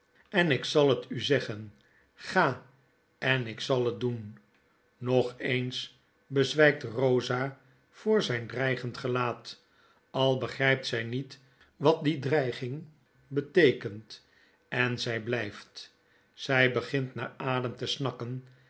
en ik zal het u zeggen ga en ik zal het doen nog ens bezwpt rosa voor zijn dreigend gelaat al begrjjpt zjj niet wat die bedreiging beteekent en zy blyft zj begint naar adem te snakken